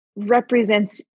represents